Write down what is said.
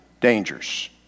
dangers